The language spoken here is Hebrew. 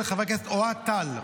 של חבר הכנסת אוהד טל,